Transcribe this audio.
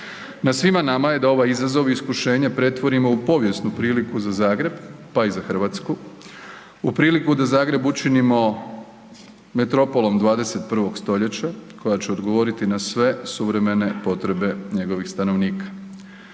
Na svima nama je da ovaj izazov iskušenja pretvorimo u povijesnu priliku za Zagreb, pa i za RH, u priliku da Zagreb učinimo metropolom 21. stoljeća koja će odgovoriti na sve suvremene potrebe njegovih stanovnika.